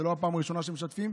זו לא הפעם הראשונה שמשתפים.